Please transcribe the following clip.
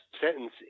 sentence